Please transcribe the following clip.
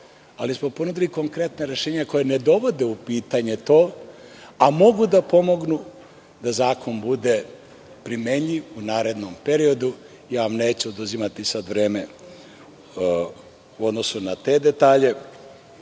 ciljevima. Ponudili smo konkretna rešenja koja ne dovode u pitanje to, a mogu da pomognu da zakon bude primenljiv u narednom periodu. Neću vam sada oduzimati vreme u odnosu na te detalje.